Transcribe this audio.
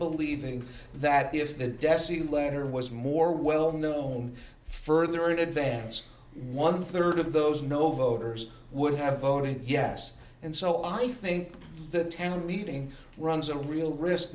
believing that if the decedent letter was more well known further in advance one third of those no voters would have voted yes and so i think that town meeting runs a real risk